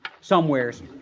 Somewheres